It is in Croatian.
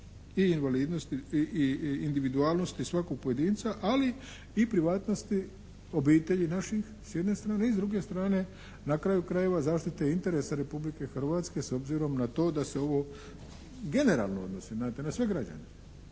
i individualnosti svakog pojedinca, ali i privatnosti obitelji naših s jedne strane i s druge strane na kraju krajeva zaštite interesa Republike Hrvatske s obzirom na to da se ovo generalno odnosi znate na sve građane,